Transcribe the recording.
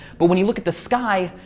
but when you look at the sky,